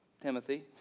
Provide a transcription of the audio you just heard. Timothy